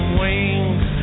wings